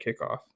kickoff